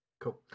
Cool